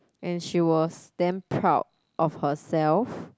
and she was damn proud of herself